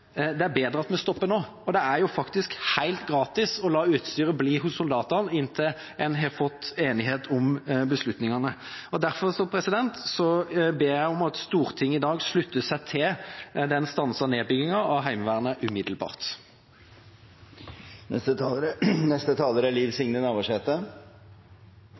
Det er bedre at vi stopper nå, og det er jo faktisk helt gratis å la utstyret bli hos soldatene inntil en har fått enighet om beslutningene. Derfor ber jeg om at Stortinget i dag slutter seg til den stansede nedbyggingen av Heimevernet umiddelbart. Heimevernsdistrikta har ei særs sentral rolle for Forsvaret i totalforsvarskonseptet som er